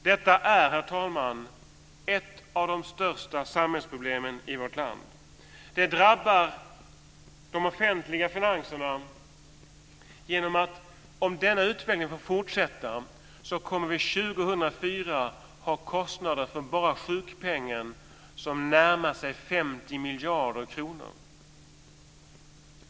Detta är, herr talman, ett av de största samhällsproblemen i vårt land. Det drabbar de offentliga finanserna. Om denna utveckling får fortsätta kommer vi att 2004 ha kostnader för bara sjukpenningen som närmar sig 50 miljarder kronor.